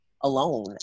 alone